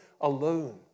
alone